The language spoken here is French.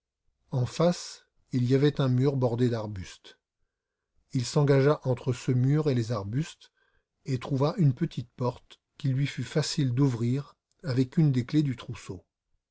en face il y avait un mur bordé d'arbustes il s'engagea entre ce mur et les arbustes et trouva une petite porte qu'il lui fut facile d'ouvrir avec une des clefs du trousseau